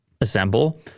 assemble